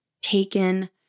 taken